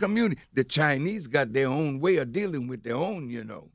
community the chinese got their own way of dealing with their own you know